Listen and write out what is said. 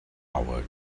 our